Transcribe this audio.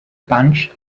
bunch